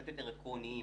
יותר עקרוניים: